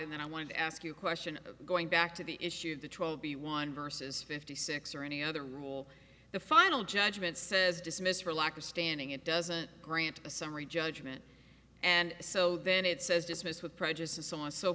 and then i wanted to ask you a question going back to the issue of the trial of the one versus fifty six or any other rule the final judgment says dismissed for lack of standing it doesn't grant a summary judgment and so then it says dismissed with prejudice to someone so